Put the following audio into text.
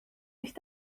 ich